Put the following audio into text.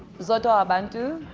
zodwa wabantu.